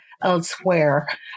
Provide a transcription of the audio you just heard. elsewhere